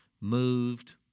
moved